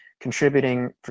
contributing